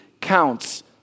counts